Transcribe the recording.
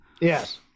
Yes